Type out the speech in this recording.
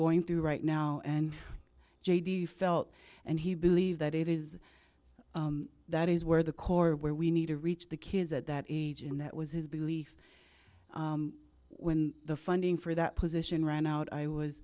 going through right now and jay do you felt and he believe that it is that is where the core where we need to reach the kids at that age and that was his belief when the funding for that position ran out i was